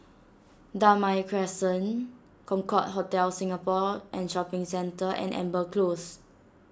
Damai Crescent Concorde Hotel Singapore and Shopping Centre and Amber Close